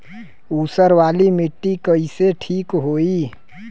ऊसर वाली मिट्टी कईसे ठीक होई?